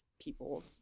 people